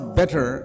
better